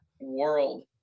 world